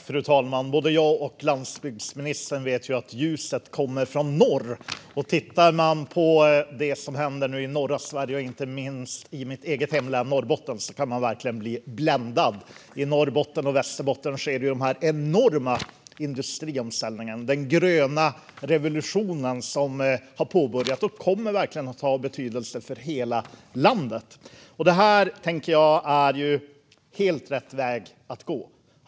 Fru talman! Både jag och landsbygdsministern vet att ljuset kommer från norr. Tittar man på det som nu händer i norra Sverige, och inte minst i mitt hemlän Norrbotten, kan man verkligen bli bländad. I Norrbotten och Västerbotten sker en enorm industriomställning. Den gröna revolution som har påbörjats kommer verkligen att ha betydelse för hela landet. Jag tänker att detta är helt rätt väg att gå.